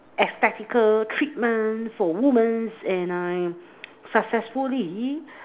aesthetical treatment for women and I successfully